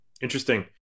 Interesting